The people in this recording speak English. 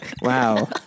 wow